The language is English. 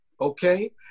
okay